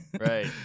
Right